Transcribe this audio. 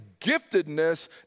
giftedness